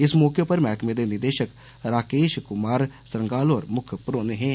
इस मौके उप्पर मैहकमे दे निदेशक राकेश क्मार सरंगाल होर मुक्ख परौहने हे